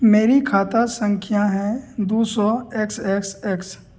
मेरी खाता संख्या है दो सौ एक्स एक्स एक्स